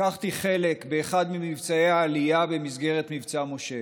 לקחתי חלק באחד ממבצעי העלייה במסגרת מבצע משה.